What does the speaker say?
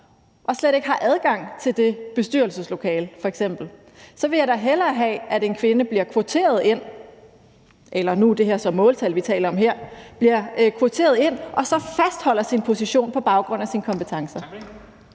slet ikke har adgang til det bestyrelseslokale. Så vil jeg da hellere have, at en kvinde bliver kvoteret ind – eller nu er det så måltal, vi taler om her – og så fastholder sin position på baggrund af sine kompetencer.